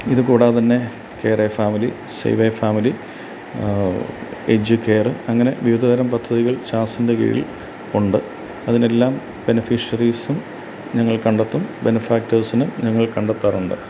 ഇതു കൂടാതെ തന്നെ കുറേ a family save family educare അങ്ങനെ വിവിധതരം പദ്ധതികള് ചാള്സിന്റെ കീഴിൽ ഉണ്ട് അതിനെല്ലാം ബെനിഫിഷ്യറീസും ഞങ്ങള് കണ്ടെത്തും ബെന്ഫാക്റ്റേസിനും ഞങ്ങള് കണ്ടെത്താറുണ്ട്